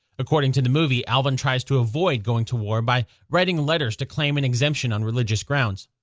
according to the movie, alvin tries to avoid going to war by writing letters to claim an exemption on religious grounds.